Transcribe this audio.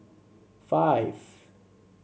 five